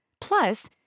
Plus